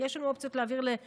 יש לנו אופציה להעביר לוועדה.